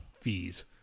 fees